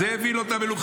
זה הביא לו את המלוכה.